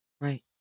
Right